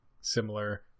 similar